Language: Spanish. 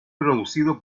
producido